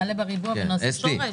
נעלה בריבוע ונעשה שורש?